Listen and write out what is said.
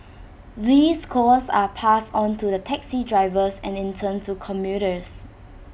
these costs are passed on to the taxi drivers and in turn to commuters